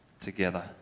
together